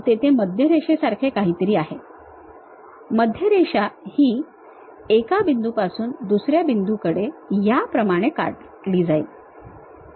तेथे मध्य रेषे सारखे काहीतरी आहे मध्यरेषा ही एका बिंदूपासून दुसऱ्या बिंदूकडे याप्रमाणे काढली जाईल